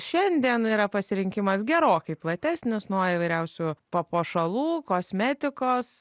šiandien yra pasirinkimas gerokai platesnis nuo įvairiausių papuošalų kosmetikos